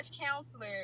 counselor